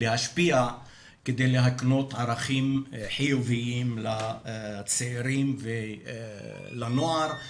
להשפיע כדי להקנות ערכים חיוביים לצעירים ולנוער.